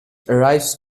arrives